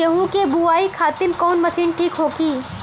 गेहूँ के बुआई खातिन कवन मशीन ठीक होखि?